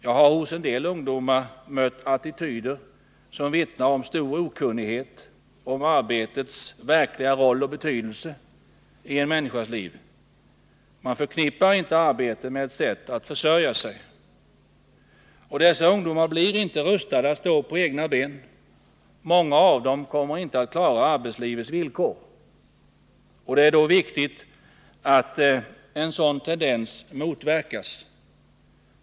Jag har hos en del ungdomar mött attityder som vittnar om stor okunnighet om arbetets verkliga roll och betydelse i en människas liv. Man förknippar inte arbete med ett sätt att försörja sig. Dessa ungdomar blir inte rustade att stå på egna ben, och många av dem kommer inte att klara arbetslivets villkor. Det är viktigt att en sådan tendens motverkas.